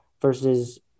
versus